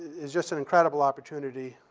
is just an incredible opportunity.